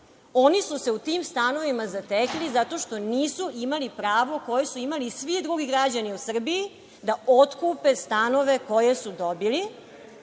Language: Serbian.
oni su se u tim stanovima zatekli zato što nisu imali pravo, koje su imali svi drugi građani u Srbiji, da otkupe stanove koje su dobili.